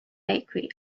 bakery